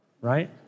right